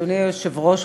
אדוני היושב-ראש,